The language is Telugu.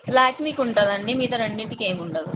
ల్యాక్మీకి ఉంటుందండి మిగతా రెండింటికి ఏం ఉండదు